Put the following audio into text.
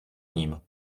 ním